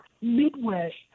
Midway